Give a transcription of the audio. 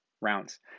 rounds